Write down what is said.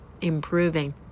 improving